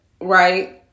right